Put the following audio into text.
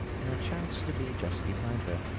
and i chanced to be just behind her.